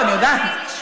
לא, אני יודעת.